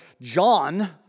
John